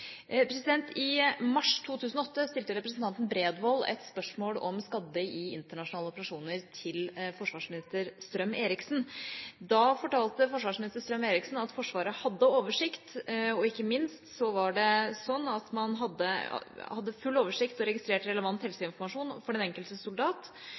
I mars 2008 stilte representanten Bredvold et spørsmål om skadde i internasjonale operasjoner til daværende forsvarsminister Strøm-Erichsen. Da fortalte forsvarsminister Strøm-Erichsen at Forsvaret hadde oversikt. Ikke minst hadde man full oversikt og registrert relevant helseinformasjon for den enkelte soldat og